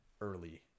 early